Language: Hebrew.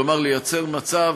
כלומר לייצר מצב